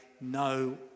no